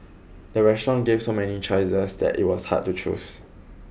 the restaurant gave so many choices that it was hard to choose